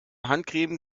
handcreme